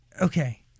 okay